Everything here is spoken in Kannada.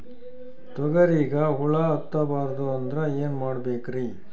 ತೊಗರಿಗ ಹುಳ ಹತ್ತಬಾರದು ಅಂದ್ರ ಏನ್ ಮಾಡಬೇಕ್ರಿ?